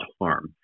harm